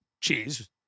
cheese